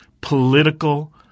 political